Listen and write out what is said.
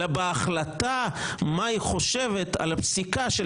אלא בהחלטה מה היא חושבת על הפסיקה של